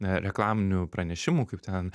reklaminių pranešimų kaip ten